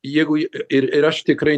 jeigu ir ir aš tikrai